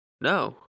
No